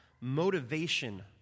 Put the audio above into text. motivation